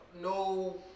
no